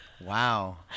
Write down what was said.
wow